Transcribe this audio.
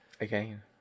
Again